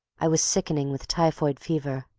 i was sickening with typhoid fever.